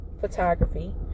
photography